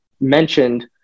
mentioned